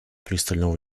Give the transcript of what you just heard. пристального